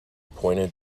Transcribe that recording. pointed